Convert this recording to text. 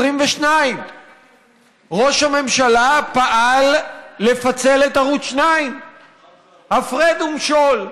22. ראש הממשלה פעל לפצל את ערוץ 2. הפרד ומשול,